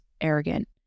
arrogant